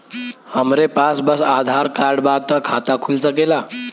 हमरे पास बस आधार कार्ड बा त खाता खुल सकेला?